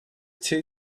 two